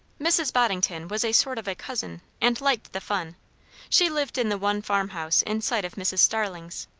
mrs. boddington was a sort of a cousin, and liked the fun she lived in the one farm-house in sight of mrs. starling's.